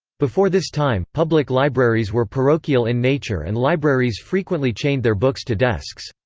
before this time, public libraries were parochial in nature and libraries frequently chained their books to desks.